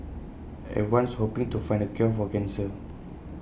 everyone's hoping to find the cure for cancer